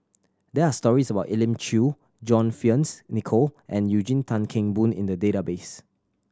there are stories about Elim Chew John Fearns Nicoll and Eugene Tan Kheng Boon in the database